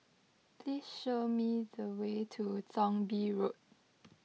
please show me the way to Thong Bee Road